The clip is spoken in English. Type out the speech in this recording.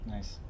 Nice